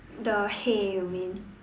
the hay you mean